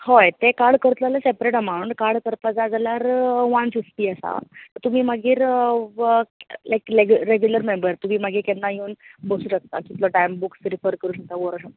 हय तें कार्ड करतलो जाल्यार सेपरेट अमावंट ते कार्ड करता जाल्यार वान फिफ्टी आसा तुमी मागीर रेगुलर मेंबर तुमी मागीर केन्नाय येवन बसूंक शकता कितलो टायम रिफर करून सुद्दां व्हरूंक शकता